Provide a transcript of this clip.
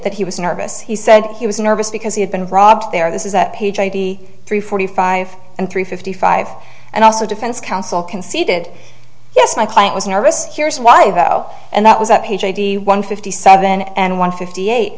that he was nervous he said he was nervous because he had been robbed there this is at page eighty three forty five and three fifty five and also defense counsel conceded yes my client was nervous here's why though and that was at page eighty one fifty seven and one fifty eight